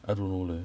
I don't know leh